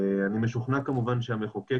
אני משוכנע כמובן שהמחוקק,